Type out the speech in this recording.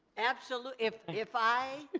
absolutely, if if i,